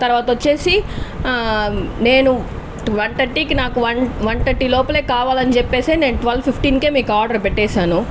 తర్వాత వచ్చేసి నేను వన్ థర్టీ కి నాకు వన్ వన్ థర్టీ లోపలే కావాలని చెప్పేసి నేను ట్వెల్వ్ ఫిఫ్తీన్ కే మీకు ఆర్డర్ పెట్టేసాను